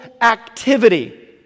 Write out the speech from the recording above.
activity